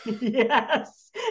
Yes